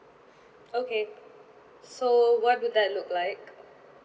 okay so what would that look like